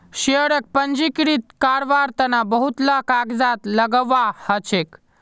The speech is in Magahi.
शेयरक पंजीकृत कारवार तन बहुत ला कागजात लगव्वा ह छेक